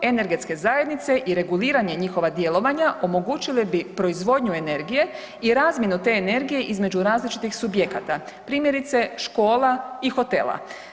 Energetske zajednice i reguliranje njihova djelovanja omogućile bi proizvodnju energije i razmjenu te energije između različitih subjekata primjerice škola i hotela.